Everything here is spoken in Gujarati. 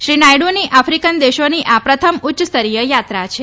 શ્રી નાયડ્રની આ આફિકન દેશોની પ્રથમ ઉચ્યસ્તરીય યાત્રા છે